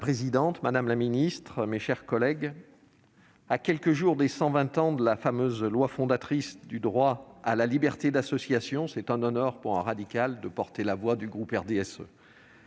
Madame la présidente, madame la secrétaire d'État, mes chers collègues, à quelques jours des cent vingt ans de la fameuse loi fondatrice du droit à la liberté d'association, c'est un honneur pour un radical de porter la voix du groupe du RDSE.